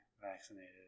vaccinated